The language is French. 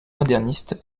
moderniste